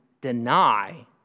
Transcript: deny